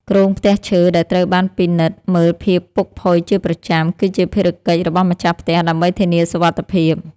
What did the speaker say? គ្រោងផ្ទះឈើដែលត្រូវបានពិនិត្យមើលភាពពុកផុយជាប្រចាំ គឺជាភារកិច្ចរបស់ម្ចាស់ផ្ទះដើម្បីធានាសុវត្ថិភាព។